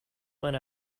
went